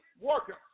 workers